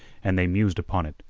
and they mused upon it,